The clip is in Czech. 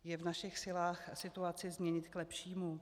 Je v našich silách situaci změnit k lepšímu?